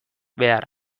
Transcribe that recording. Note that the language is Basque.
behar